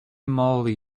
moly